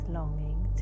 longing